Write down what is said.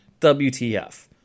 WTF